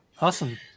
Awesome